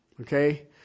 Okay